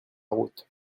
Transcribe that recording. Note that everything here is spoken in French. route